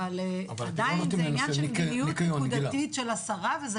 אבל עדיין זה עניין של מדיניות נקודתית של השרה וזה